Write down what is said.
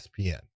ESPN